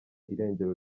irengero